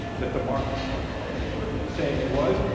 that the marketers of the day were saying it was,